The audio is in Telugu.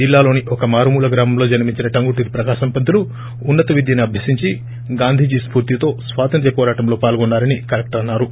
జిల్లాలోని ఒక మారుమూల గ్రామంలో జన్మించిన టంగుటూరి ప్రకాశం పంతులు ఉన్నత విద్యను అభ్యసించి గాంధీజీ స్పూర్తితో స్వాతంత్ర్య పోరాటంలో పాల్గొన్నారని కలెక్టర్ అన్నారు